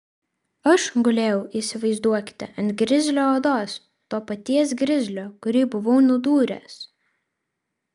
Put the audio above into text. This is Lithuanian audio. aš gulėjau įsivaizduokite ant grizlio odos to paties grizlio kurį buvau nudūręs